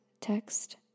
text